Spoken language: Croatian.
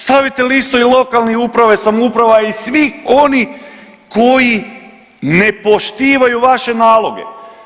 Stavite listu i lokalnih uprava i samouprava i svih onih koji ne poštivaju vaše naloge.